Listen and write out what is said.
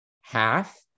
half